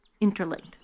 interlinked